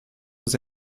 aux